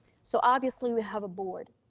so obviously we have a board,